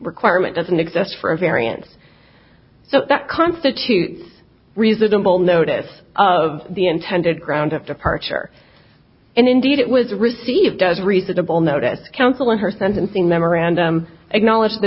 requirement doesn't exist for a variance so that constitutes reasonable notice of the intended ground of departure and indeed it was received as reasonable notice counsel in her sentencing memorandum acknowledge the